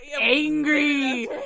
Angry